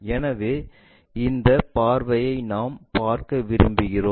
எனவே இந்த பார்வையை நாம் பார்க்க விரும்புகிறோம்